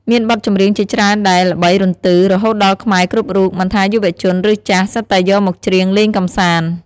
មានបទចម្រៀងជាច្រើនដែលល្បីរន្ទឺ រហូតដល់ខ្មែរគ្រប់រូប មិនថាយុវជន ឬចាស់ សុទ្ធតែយកមកច្រៀងលេងកម្សាន្ត។